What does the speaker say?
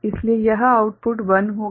इसलिए यह आउटपुट 1 होगा